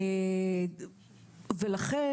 לכן,